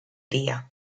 día